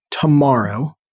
tomorrow